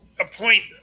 appoint